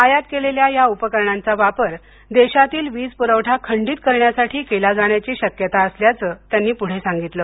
आयात केलेल्या या उपकरणांचा वापर देशातील वीज पुरवठा खंडीत करण्यासाठी केला जाण्याची शक्यता असल्याचं त्यांनी पुढे सांगितलं